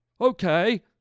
Okay